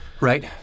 Right